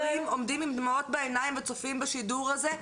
כמה הורים עומדים עם דמעות בעיניים וצופים בשידור הזה,